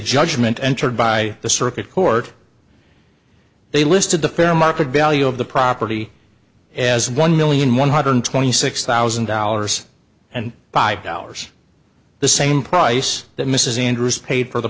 judgment entered by the circuit court they listed the fair market value of the property as one million one hundred twenty six thousand dollars and five dollars the same price that mrs andrews paid for the